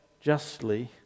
justly